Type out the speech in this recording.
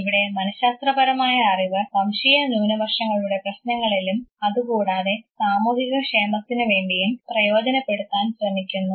ഇവിടെ മനഃശാസ്ത്രപരമായ അറിവ് വംശീയ ന്യൂനപക്ഷങ്ങളുടെ പ്രശ്നങ്ങളിലും അതുകൂടാതെ സാമൂഹിക ക്ഷേമത്തിനുവേണ്ടിയും പ്രയോജനപ്പെടുത്താൻ ശ്രമിക്കുന്നു